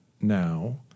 now